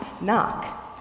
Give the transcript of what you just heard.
knock